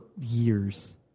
years